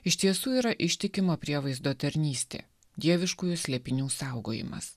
iš tiesų yra ištikima prievaizdo tarnystė dieviškųjų slėpinių saugojimas